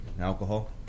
alcohol